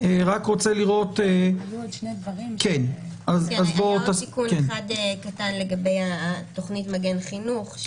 עוד תיקון אחד קטן לגבי תוכנית מגן חינוך.